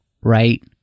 right